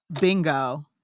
Bingo